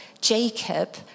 Jacob